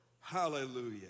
Hallelujah